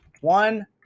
one